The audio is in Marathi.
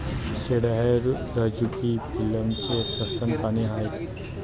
शेळ्या हे रझुकी फिलमचे सस्तन प्राणी आहेत